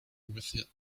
with